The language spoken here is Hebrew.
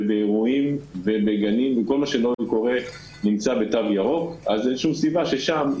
באירועים ובגני אירועים נמצאים בתו ירוק אין שום סיבה ששם,